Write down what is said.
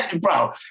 bro